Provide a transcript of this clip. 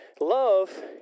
Love